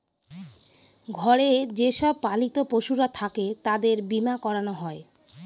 ঘরে যে সব পালিত পশুরা থাকে তাদের বীমা করানো হয়